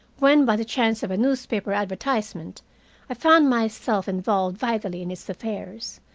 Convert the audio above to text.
when by the chance of a newspaper advertisement i found myself involved vitally in its affairs,